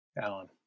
Alan